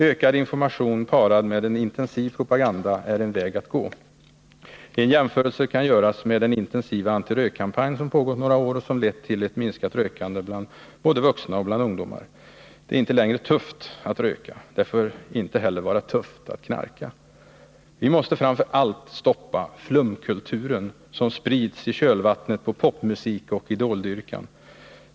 Ökad information parad med en intensiv propaganda är en väg att gå. En jämförelse kan göras med den intensiva antirökkampanj som pågått några år och som lett till ett minskat rökande både bland vuxna och bland ungdomar. Det är inte längre tufft att röka — det får inte heller vara tufft att ”knarka”. Vi måste framför allt stoppa ”flumkulturen” som sprids i kölvattnet på popmusik och idoldyrkan.